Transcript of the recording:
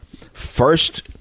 First